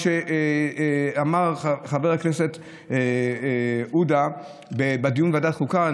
שאמר חבר הכנסת עודה בדיון בוועדת החוקה.